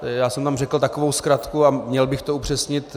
Já jsem tam řekl takovou zkratku a měl bych to upřesnit.